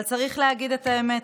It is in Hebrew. אבל צריך להגיד את האמת,